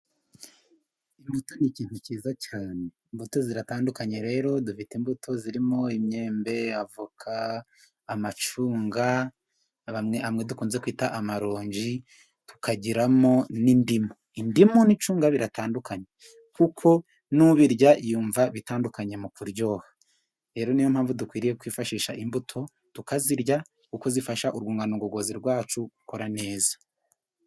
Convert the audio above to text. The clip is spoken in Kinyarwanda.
Imbuto ni ikintu cyiza cyane imbuto zidatandukanye rero dufite imbuto zirimo: imyembe, avoka ,amacung amwe dukunze kwita amarongi tukagiramo n'indimu. indimu n'icunga biratandukanye kuko n'ubirya yumva bitandukanye mu kuryoha. rero niyo mpamvu dukwiriye kwifashisha imbuto tukazirya kuko zifasha uruhungangogozi rwacu gukora neza.